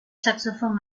saxofón